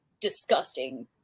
disgusting